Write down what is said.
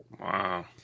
wow